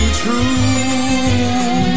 true